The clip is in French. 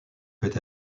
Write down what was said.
peut